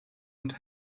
und